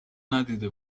ندیده